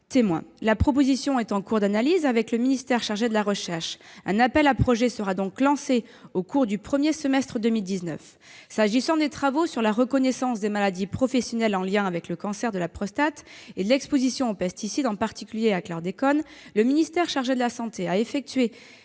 cas-témoins. La proposition est en cours d'analyse avec le ministère chargé de la recherche. Un appel à projets sera donc lancé au cours du premier semestre 2019. S'agissant des travaux sur la reconnaissance des maladies professionnelles en lien avec le cancer de la prostate et l'exposition aux pesticides, en particulier à la chlordécone, le ministère chargé de la santé a effectivement